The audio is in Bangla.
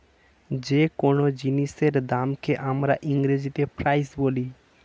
যে কোন জিনিসের দামকে আমরা ইংরেজিতে প্রাইস বলি